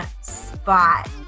spot